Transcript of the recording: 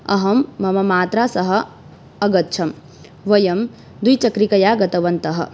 अहं मम मात्रा सह अगच्छं वयं द्विचक्रिकया गतवन्तः